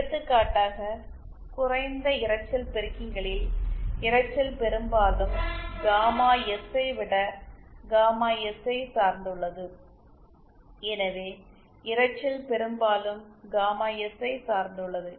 எடுத்துக்காட்டாக குறைந்த இரைச்சல் பெருக்கிகளில் இரைச்சல் பெரும்பாலும் காமா எல் ஐ விட காமா எஸ் ஐ சார்ந்துள்ளது எனவே இரைச்சல் பெரும்பாலும் காமா எஸ் ஐ சார்ந்துள்ளது